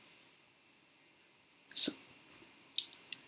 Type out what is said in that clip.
s~